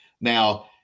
Now